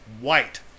white